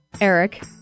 Eric